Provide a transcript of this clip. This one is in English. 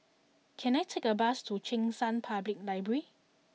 can I take a bus to Cheng San Public Library